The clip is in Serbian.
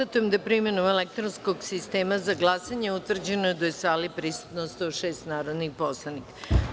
Konstatujem da je, primenom elektronskog sistema za glasanje, utvrđeno da je u sali prisutno 106 narodnih poslanika.